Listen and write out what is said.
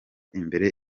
imbere